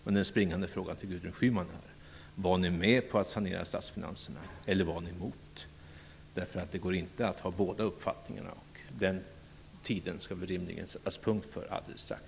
Men den springande frågan till Gudrun Schyman är: Var ni med på att sanera statsfinanserna, eller var ni emot det? Det går inte att ha båda uppfattningarna, och den tiden skall det väl rimligen sättas punkt för alldeles strax.